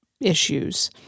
issues